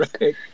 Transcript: Right